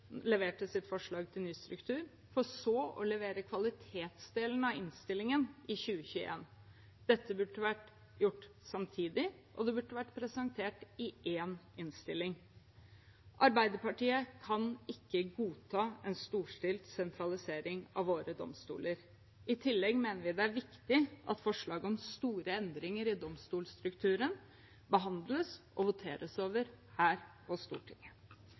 leverte sitt forslag til ny struktur for så å skulle levere kvalitetsdelen av innstillingen i 2021. Dette burde ha vært gjort samtidig, og det burde ha vært presentert i én innstilling. Arbeiderpartiet kan ikke godta en storstilt sentralisering av våre domstoler. I tillegg mener vi det er viktig at forslaget om store endringer i domstolstrukturen behandles og voteres over her på Stortinget.